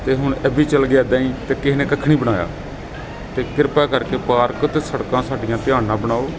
ਅਤੇ ਹੁਣ ਇਹ ਵੀ ਚੱਲ ਗਿਆ ਇੱਦਾਂ ਹੀ ਅਤੇ ਕਿਸੇ ਨੇ ਕੱਖ ਨਹੀਂ ਬਣਾਇਆ ਅਤੇ ਕਿਰਪਾ ਕਰਕੇ ਪਾਰਕ ਅਤੇ ਸੜਕਾਂ ਸਾਡੀਆਂ ਧਿਆਨ ਨਾਲ ਬਣਾਓ